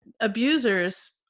abusers